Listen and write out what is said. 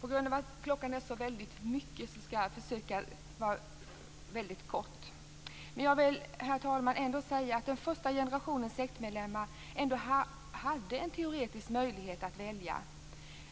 På grund av att klockan är så mycket skall jag försöka vara mycket kortfattad. Jag vill ändå säga att den första generationen sektmedlemmar ändå hade en teoretisk möjlighet att välja.